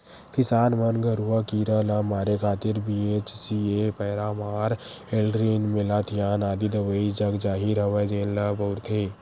किसान मन गरूआ कीरा ल मारे खातिर बी.एच.सी.ए पैरामार, एल्ड्रीन, मेलाथियान आदि दवई जगजाहिर हवय जेन ल बउरथे